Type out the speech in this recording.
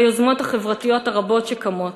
ביוזמות החברתיות הרבות שקמות,